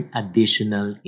additional